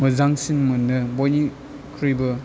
मोजांसिन मोनो बइनिख्रुइबो